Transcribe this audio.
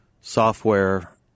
software